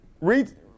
Read